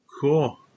cool